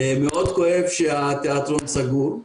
מאוד כואב שהתיאטרון סגור.